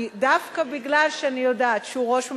דווקא מפני שאני יודעת שהוא ראש ממשלה,